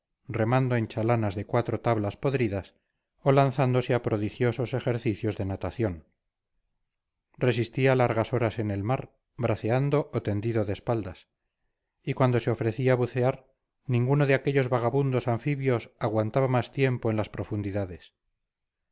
remando en chalanas de cuatro tablas podridas o lanzándose a prodigiosos ejercicios de natación resistía largas horas en el mar braceando o tendido de espaldas y cuando se ofrecía bucear ninguno de aquellos vagabundos anfibios aguantaba más tiempo en las profundidades